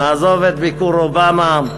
נעזוב את ביקור אובמה,